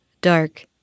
dark